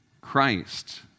Christ